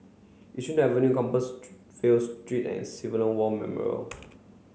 Yishun Avenue Street and Civilian War Memorial